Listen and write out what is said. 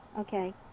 okay